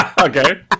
Okay